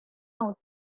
out